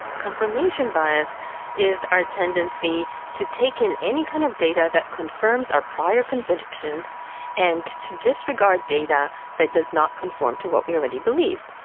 confirmation bias is our tendency to take in any kind of data that confirms our prior convictions and to disregard data that does not conform to what we already believe.